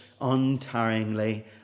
untiringly